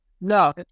No